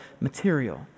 material